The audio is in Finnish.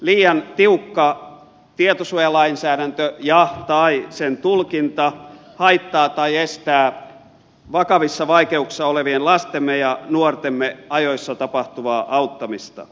liian tiukka tietosuojalainsäädäntö tai sen tulkinta haittaa tai estää vakavissa vaikeuksissa olevien lastemme ja nuortemme ajoissa tapahtuvaa auttamista